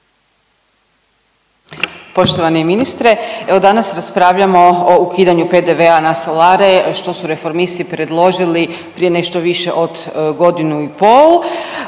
Poštovani ministre. Evo danas raspravljamo o ukidanju PDV-a na solare što su Reformisti predložili prije nešto više od godinu i pol,